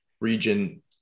region